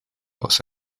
aus